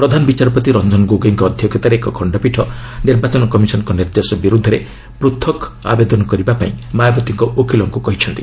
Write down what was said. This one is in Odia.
ପ୍ରଧାନ ବିଚାରପତି ରଞ୍ଜନ ଗୋଗୋଇଙ୍କ ଅଧ୍ୟକ୍ଷତାରେ ଏକ ଖଣ୍ଡପୀଠ ନିର୍ବାଚନ କମିଶନଙ୍କ ନିର୍ଦ୍ଦେଶ ବିରୁଦ୍ଧରେ ପୃଥକ୍ ଆବେଦନ କରିବାକୁ ମାୟାବତୀଙ୍କ ଓକିଲଙ୍କୁ କହିଛନ୍ତି